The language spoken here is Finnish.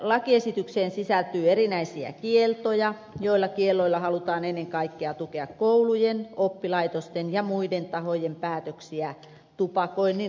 lakiesitykseen sisältyy erinäisiä kieltoja joilla kielloilla halutaan ennen kaikkea tukea koulujen oppilaitosten ja muiden tahojen päätöksiä tupakoinnin rajoittamiseksi